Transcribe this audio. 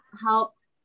helped